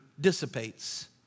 dissipates